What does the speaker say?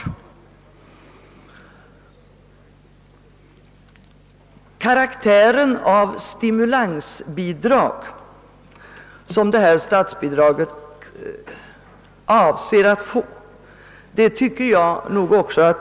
Jag tycker också att man lyckats ge statsbidraget den karaktär av stimulansbidrag, som varit avsett.